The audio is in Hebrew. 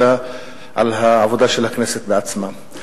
אלא על העבודה של הכנסת עצמה.